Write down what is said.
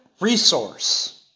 resource